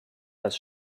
das